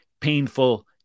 painful